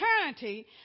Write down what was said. eternity